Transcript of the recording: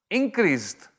increased